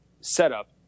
setup